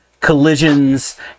collisions